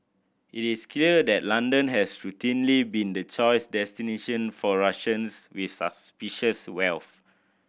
it is clear that London has routinely been the choice destination for Russians with suspicious wealth